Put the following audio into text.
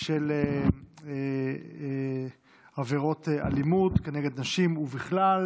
של עבירות אלימות נגד נשים ובכלל,